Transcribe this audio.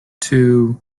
two